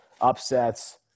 upsets